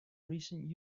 recent